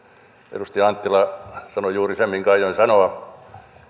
edustaja anttila sanoi juuri sen minkä aioin sanoa